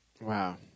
Wow